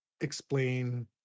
explain